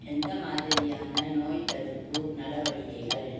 எந்த மாதிரியான நோய்த்தடுப்பு நடவடிக்கைகள்